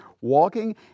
Walking